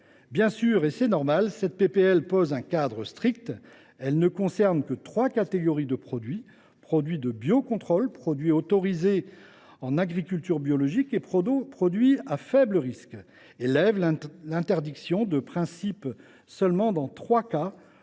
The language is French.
posons – c’est normal !– un cadre strict. Le texte ne concerne que trois catégories de produits : produits de biocontrôle, produits autorisés en agriculture biologique et produits à faible risque. Nous levons l’interdiction de principe seulement dans trois cas